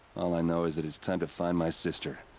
all i know is that it's time to find my sister.